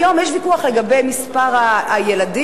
היום יש ויכוח לגבי מספר הילדים,